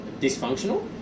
dysfunctional